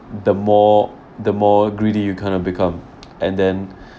the more the more greedy you kind of become and then